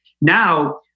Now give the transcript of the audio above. now